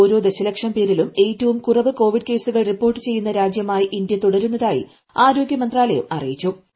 ഓരോ ദശലക്ഷം പ്പേരിലൂം ഏറ്റവും കുറവ് കോവിഡ് കേസുകൾ റിപ്പോർട്ട് ചെയ്യുന്ന ശ്രാജ്യമായി ഇന്ത്യ തുടരുന്നതായി ആരോഗ്യമന്ത്രാലയം അറിയിച്ചു്